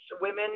women